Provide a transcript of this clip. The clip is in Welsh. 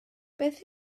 beth